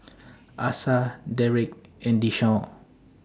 Asa Derrek and Deshaun